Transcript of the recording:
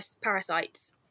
parasites